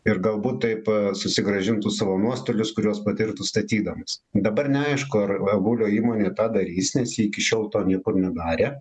ir galbūt taip susigrąžintų savo nuostolius kuriuos patirtų statydamas dabar neaišku ar avulio įmonė tą darys nes ji iki šiol to niekur nedarė